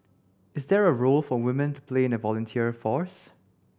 is there a role for women to play in the volunteer force